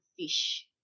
fish